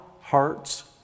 hearts